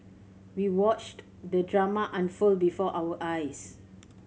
we watched the drama unfold before our eyes